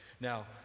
Now